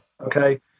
Okay